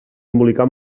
embolicar